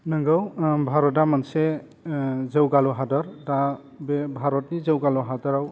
नोंगौ ओह भरता मोनसे ओह जौगालु हादर दा बे भारतनि जौगालु हादराव